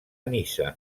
niça